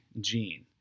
gene